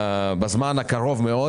בזמן הקרוב מאוד.